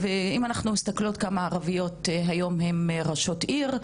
ואם אנחנו מסתכלות כמה ערביות היום הן ראשות עיר,